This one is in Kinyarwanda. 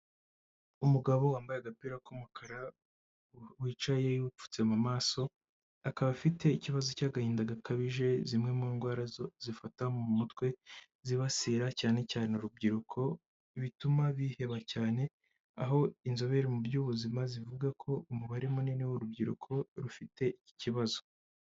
Umugabo wambaye agapira k'umukara, wicaye upfutse mu maso akaba afite ikibazo cy'agahinda gakabije zimwe mu ndwara zifata mu mutwe zibasira cyane cyane urubyiruko bituma biheba cyane, aho inzobere mu by'ubuzima zivuga ko umubare munini w'urubyiruko rufite ikibazo.